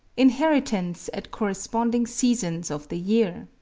inheritance at corresponding seasons of the year.